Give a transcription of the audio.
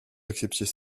acceptiez